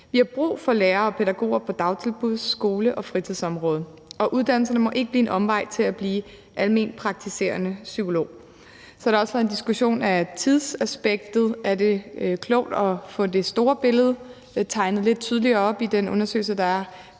Vi har brug for lærere og pædagoger på dagtilbuds-, skole- og fritidsområdet, og uddannelserne må ikke blive en omvej til at blive alment praktiserende psykolog. Der har også været en diskussion om tidsaspektet: Er det klogt at få det store billede tegnet lidt tydeligere op i den undersøgelse, der er